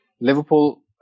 Liverpool